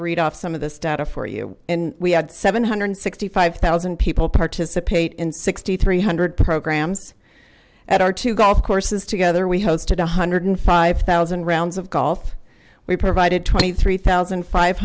read off some of this data for you and we had seven hundred and sixty five thousand people participate in sixty three hundred programs at our two golf courses together we hosted a hundred and five thousand rounds of golf we provided twenty three thousand five